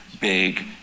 big